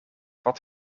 wat